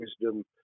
wisdom